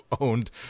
owned